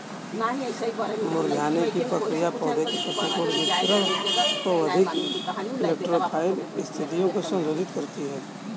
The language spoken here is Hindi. मुरझाने की प्रक्रिया पौधे के पत्ती कोण वितरण को अधिक इलेक्ट्रो फाइल स्थितियो में संशोधित करती है